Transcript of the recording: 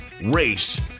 race